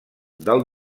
del